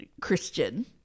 Christian